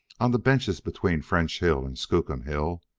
on the benches between french hill and skookum hill,